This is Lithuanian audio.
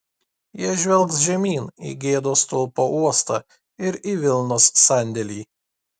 jie žvelgs žemyn į gėdos stulpo uostą ir į vilnos sandėlį